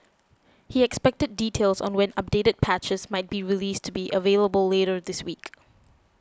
he expected details on when updated patches might be released to be available later this week